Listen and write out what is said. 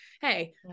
hey